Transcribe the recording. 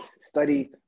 Study